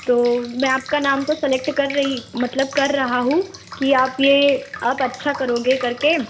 तो मैं आपका नाम तो सेलेक्ट कर रही मतलब कर रहा हूँ कि आप ये आप अच्छा करोगे करके